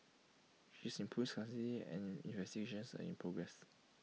she is in Police custody and investigations are in progress